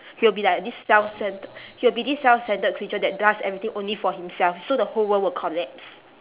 he will be like this self centr~ he will be this self centred creature that does everything only for himself so the whole world would collapse